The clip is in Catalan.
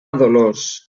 dolors